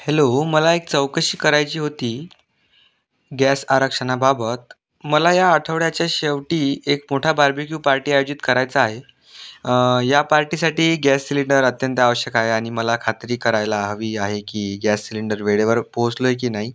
hello मला एक चौकशी करायची होती गॅस आरक्षणाबाबत मला या आठवड्याच्या शेवटी एक मोठा बारबेक्यू पार्टी आयोजित करायचा आहे या पार्टीसाठी गॅस सिलेंडर अत्यंत आवश्यक आहे आणि मला खात्री करायला हवी आहे की गॅस सिलेंडर वेळेवर पोचलो आहे की नाही